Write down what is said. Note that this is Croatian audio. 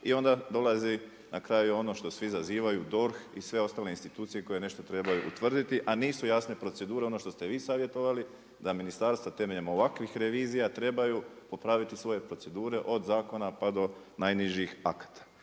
i onda dolazi na kraju ono što svi zazivaju DORH i sve ostale institucije koje nešto trebaju utvrditi, a nisu jasne procedure ono što ste vi savjetovali da ministarstva temeljem ovakvih revizija trebaju popraviti svoje procedure od zakona pa do najnižih akata.